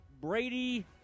Brady